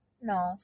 No